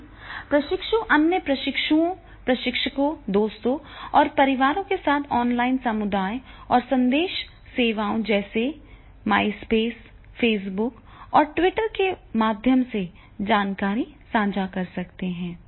साथ ही प्रशिक्षु अन्य प्रशिक्षुओं प्रशिक्षकों दोस्तों और परिवार के साथ ऑनलाइन समुदायों और संदेश सेवाओं जैसे माइस्पेस फेसबुक और ट्विटर के माध्यम से जानकारी साझा कर सकते हैं